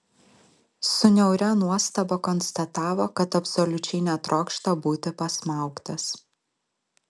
su niauria nuostaba konstatavo kad absoliučiai netrokšta būti pasmaugtas